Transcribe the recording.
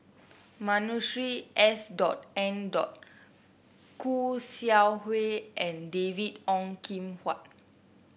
Masuri S N Khoo Seow Hwa and David Ong Kim Huat